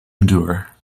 endure